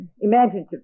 imaginative